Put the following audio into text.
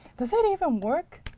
does that even work?